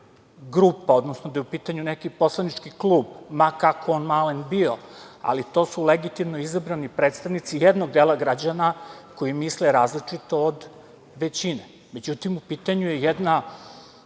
grupa, odnosno da je u pitanju neki poslanički klub, ma kako on malen bio, ali to su legitimno izabrani predstavnici jednog dela građana koji misle različito od većine. Međutim, u pitanju je jedna